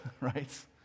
right